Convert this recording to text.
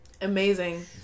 amazing